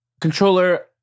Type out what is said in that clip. Controller